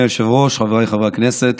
אדוני היושב-ראש, חבריי חברי הכנסת,